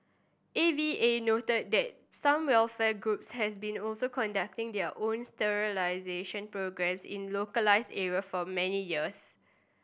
A V A noted that some welfare groups has been also conducting their own sterilisation programmes in localised area for many years